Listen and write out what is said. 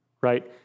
right